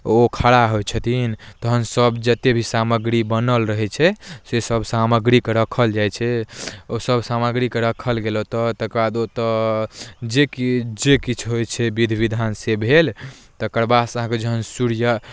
ओ खड़ा होइ छथिन तहन सभ जतेक भी सामग्री बनल रहै छै से सभ सामग्रीके राखल जाइ छै ओ सभ सामग्रीके राखल गेल ओतय तकर बाद ओतय जे किछु जे किछु होइ छै विधि विधान से भेल तकर बादसँ अहाँके जहन सूर्या